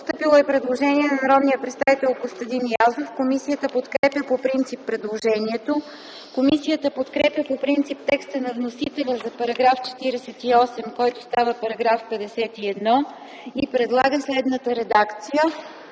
Постъпило е предложение на народния представител Костадин Язов. Комисията подкрепя предложението. Комисията подкрепя по принцип текста на вносителя за § 39, който става § 42 и предлага следната редакция: